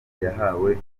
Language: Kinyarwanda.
yahawe